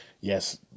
yes